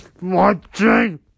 watching